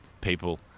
people